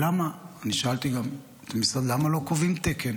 או למה, אני שאלתי גם את המשרד, למה לא קובעים תקן